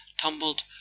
tumbled